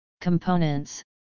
components